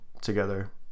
together